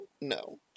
No